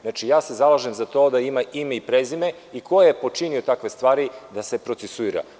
Znači, ja se zalažem za to da ima ime i prezime i ko je počinio takve stvari da se procesuira.